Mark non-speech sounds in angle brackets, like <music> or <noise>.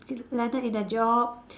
<noise> landed in a job